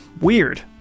weird